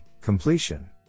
completion